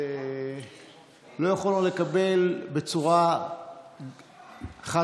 לא יכולנו לקבל בצורה חד-משמעית